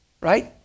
Right